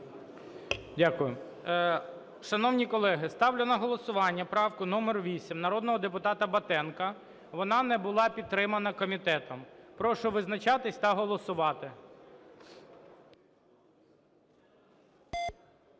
Дякую. Шановні колеги, ставлю на голосування правку номер 8 народного депутата Батенка. Вона не була підтримана комітетом. Прошу визначатись та голосувати.